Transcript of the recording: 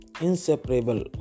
inseparable